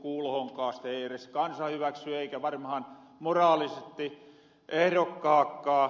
sitä ei eres kansa hyväksy eikä varmahan moraalisesti ehrokkaatkaan